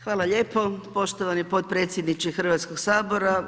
Hvala lijepo poštovani potpredsjedniče Hrvatskog sabora.